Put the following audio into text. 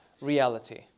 reality